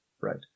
Right